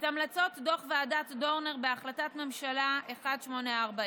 את המלצות דוח ועדת דורנר בהחלטת ממשלה 1840,